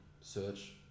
search